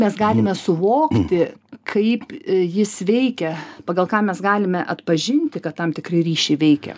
mes galime suvokti kaip jis veikia pagal ką mes galime atpažinti kad tam tikri ryšiai veikia